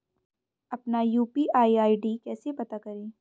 अपना UPI ID कैसे पता करें?